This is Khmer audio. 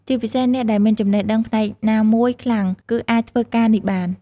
ជាពិសេសអ្នកដែលមានចំណេះដឹងផ្នែកណាមួយខ្លាំង គឺអាចធ្វើការងារនេះបាន។